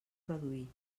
reduir